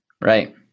Right